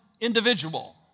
individual